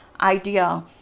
idea